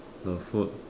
the food